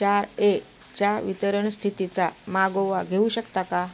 चार एच्या वितरण स्थितीचा मागोवा घेऊ शकता का